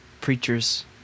preachers